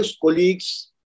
colleagues